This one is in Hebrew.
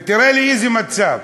ותראה איזה מצב,